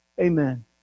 Amen